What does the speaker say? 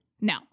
No